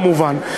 כמובן,